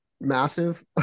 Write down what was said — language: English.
massive